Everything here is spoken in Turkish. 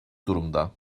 durumda